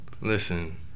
Listen